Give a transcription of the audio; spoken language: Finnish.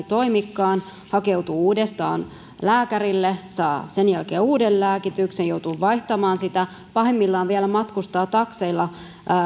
toimikaan hakeutuu uudestaan lääkärille saa sen jälkeen uuden lääkityksen joutuu vaihtamaan sitä pahimmillaan vielä matkustaa takseilla